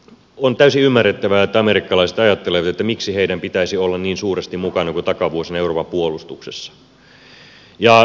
on täysin ymmärrettävää että amerikkalaiset ajattelevat että miksi heidän pitäisi olla niin suuresti mukana kuin takavuosina euroopan puolustuksessa